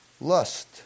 Lust